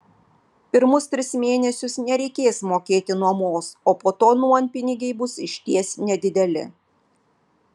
pirmus tris mėnesius nereikės mokėti nuomos o po to nuompinigiai bus išties nedideli